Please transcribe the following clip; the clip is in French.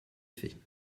fait